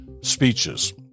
speeches